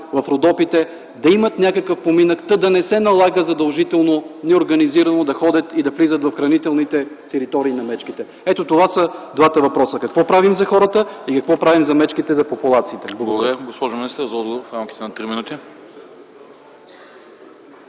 в Родопите да имат някакъв поминък, за да не се налага задължително неорганизирано да ходят и влизат в хранителните територии на мечките. Ето това са двата въпроса: какво правим за хората и какво правим за популациите на